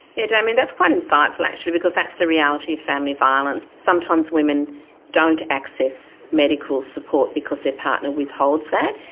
yeah damien, that's quite insightful actually because that's the reality of family violence. sometimes women don't access medical support because their partner withholds that,